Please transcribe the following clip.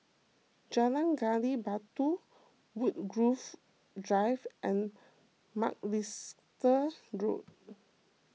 Jalan Gali Batu Woodgrove Drive and Macalister Road